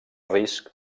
risc